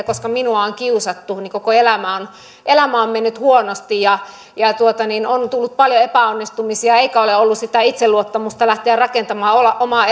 koska minua on kiusattu niin koko elämä on elämä on mennyt huonosti ja on tullut paljon epäonnistumisia eikä ole ollut sitä itseluottamusta lähteä rakentamaan omaa